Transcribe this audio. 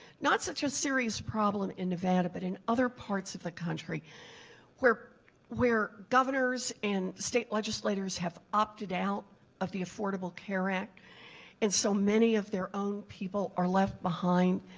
not such a serious problem in nevada but in other parts of the country where where governors and state legislators have opted out of the affordable care act and so many of their own people are left behind.